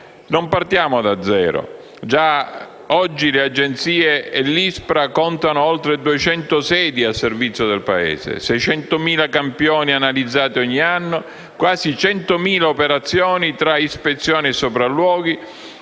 Non partiamo da zero. Già oggi le Agenzie e l'ISPRA contano oltre 200 sedi al servizio del Paese, 600.000 campioni analizzati ogni anno, quasi 100.000 operazioni tra ispezioni e sopralluoghi,